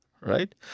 right